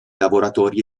lavoratori